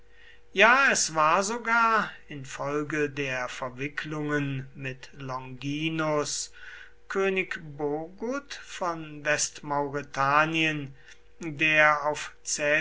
ja es war sogar infolge der verwicklungen mit longinus könig bogud von westmauretanien der auf